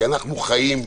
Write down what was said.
כי אנחנו חיים,